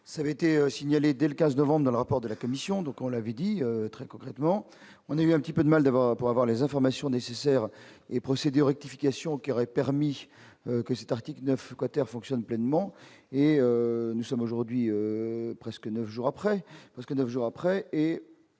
ça avait été signalée dès le 15 novembre dans le rapport de la commission, donc on l'avait dit, très concrètement, on est un petit peu de mal d'avoir pour avoir les informations nécessaires et procéder aux rectifications qui aurait permis que cet article 9 quater fonctionne pleinement et nous sommes aujourd'hui presque 9 jours après